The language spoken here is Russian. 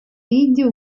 виде